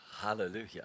Hallelujah